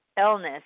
illness